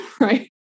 right